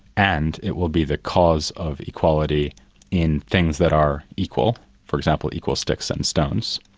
and it will be the cause of equality in things that are equal, for example, equal sticks and stones.